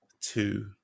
two